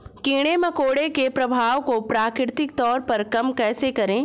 कीड़े मकोड़ों के प्रभाव को प्राकृतिक तौर पर कम कैसे करें?